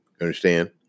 understand